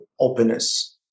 openness